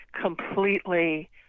completely